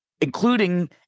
including